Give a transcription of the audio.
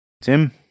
Tim